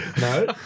No